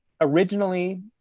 Originally